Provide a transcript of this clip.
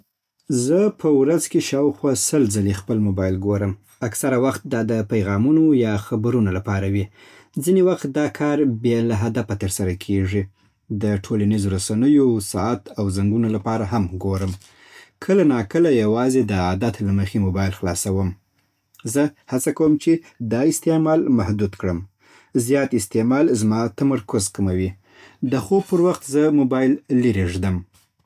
زه په ورځ کې شاوخوا سل ځلې خپل موبایل ګورم. اکثره وخت دا د پیغامونو یا خبرونو لپاره وي. ځینې وخت دا کار بې له هدفه ترسره کېږي. د ټولنیزو رسنیو، ساعت او زنګونو لپاره هم ګورم. کله ناکله یوازې د عادت له مخې موبایل خلاصوم. زه هڅه کوم چې دا استعمال محدود کړم. زیات استعمال زما تمرکز کموي. د خوب پر وخت زه موبایل لیرې ږدم